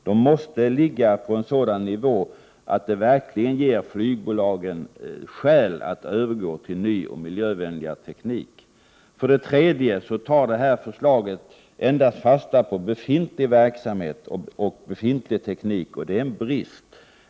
De måste ligga på en sådan nivå att de verkligen ger flygbolagen skäl att övergå till ny och miljövänligare teknik. Vidare tar detta förslag endast fasta på befintlig verksamhet och befintlig teknik, och det är en brist.